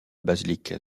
basilique